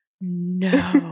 no